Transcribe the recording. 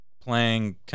playing